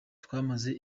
twamaze